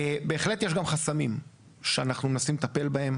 בהחלט יש גם חסמים שאנחנו מנסים לטפל בהם,